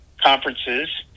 conferences